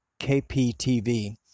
KPTV